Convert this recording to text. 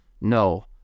no